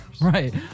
Right